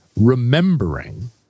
remembering